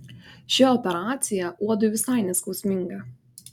ši operacija uodui visai neskausminga